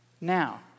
Now